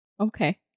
Okay